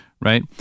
right